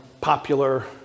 popular